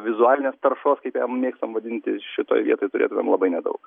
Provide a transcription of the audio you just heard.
vizualinės taršos kaip ją mėgstam vadinti šitoj vietoj turėtumėm labai nedaug